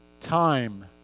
time